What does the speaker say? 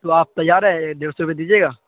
تو تیار ہے ڈیڑھ سو روپئے دیجیے گا